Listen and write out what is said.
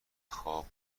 خواب